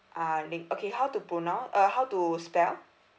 okay how to pronounce uh how to spell